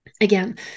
Again